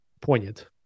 poignant